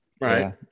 right